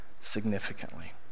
significantly